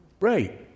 Right